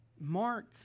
Mark